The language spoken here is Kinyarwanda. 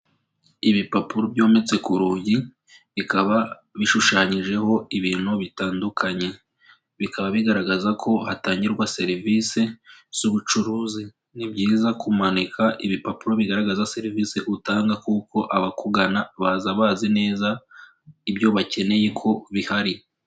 Ibipapuro byometse ku rugi, bikaba bishushanyijeho ibintu bitandukanye. Bikaba bigaragaza ko hatangirwa serivise z'ubucuruzi. Ni byiza kumanika ibipapuro bigaragaza serivisi utanga kuko abakugana baza bazi neza ibyo bakeneye ko bihari.